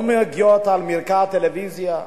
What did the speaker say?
לא מגיעות למרקע הטלוויזיה.